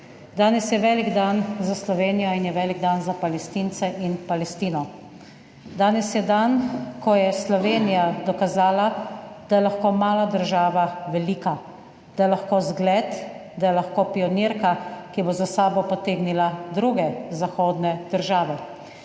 Danes je velik dan za Slovenijo in je velik dan za Palestince in Palestino. Danes je dan, ko je Slovenija dokazala, da je lahko mala država velika, da je lahko zgled, da je lahko pionirka, ki bo za sabo potegnila druge, zahodne države.